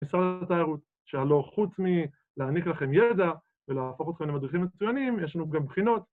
משרד התיירות שלא חוץ מלהעניק לכם ידע ולהפוך אתכם למדריכים מצוינים, יש לנו גם בחינות.